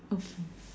okay